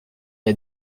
n’a